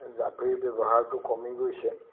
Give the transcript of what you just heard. জাপিৰ ব্যৱহাৰটো কমি গৈছে